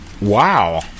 Wow